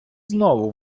знову